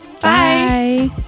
Bye